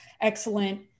excellent